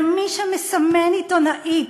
ומי שמסמן עיתונאית,